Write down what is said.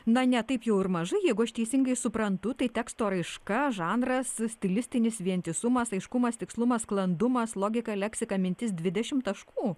na ne taip jau ir mažai jeigu aš teisingai suprantu tai teksto raiška žanras stilistinis vientisumas aiškumas tikslumas sklandumas logika leksika mintis dvidešimt taškų